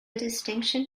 distinction